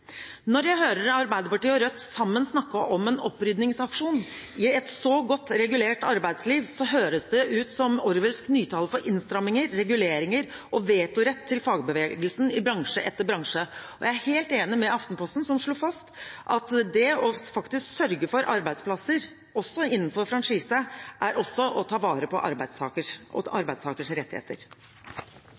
Når jeg hører Arbeiderpartiet og Rødt sammen snakke om en opprydningsaksjon i et så godt regulert arbeidsliv, høres det ut som orwellsk nytale for innstramminger, reguleringer og vetorett til fagbevegelsen i bransje etter bransje. Jeg er helt enig med Aftenposten, som slo fast at det å sørge for arbeidsplasser, også innenfor franchise, også er å ta vare på arbeidstakers